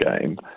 game